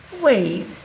Wait